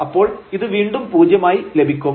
അപ്പോൾ ഇത് വീണ്ടും പൂജ്യമായി ലഭിക്കും